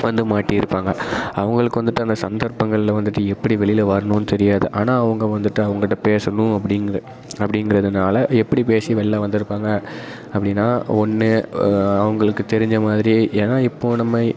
இப்போ வந்து மாட்டிருப்பாங்க அவங்களுக்கு வந்துட்டு அந்த சந்தர்ப்பங்களில் வந்துட்டு எப்படி வெளியில் வரணுன்னு தெரியாது ஆனால் அவங்க வந்துட்டு அவங்கிட்ட பேசணும் அப்படிங்கிற அப்படிங்கிறதுனால எப்படி பேசி வெளியில் வந்துருப்பாங்க அப்படின்னா ஒன்று அவங்களுக்கு தெரிஞ்ச மாதிரி ஏன்னா இப்போ நம்ம